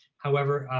however,